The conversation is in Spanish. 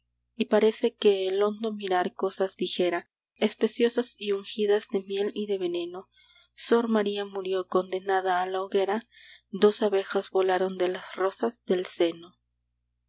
y parece que el hondo mirar cosas dijera especiosas y ungidas de miel y de veneno sor maría murió condenada a la hoguera dos abejas volaron de las rosas del seno